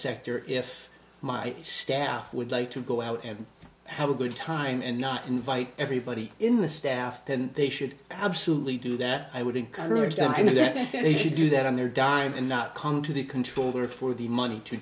sector if my staff would like to go out and have a good time and not invite everybody in the staff then they should absolutely do that i would encourage them to do that i think they should do that on their dime and not conquer the controller for the money to